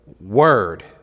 word